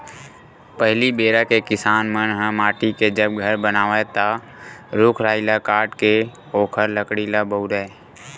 पहिली बेरा के किसान मन ह माटी के जब घर बनावय ता रूख राई ल काटके ओखर लकड़ी ल बउरय